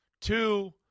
Two